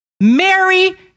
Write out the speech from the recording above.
Mary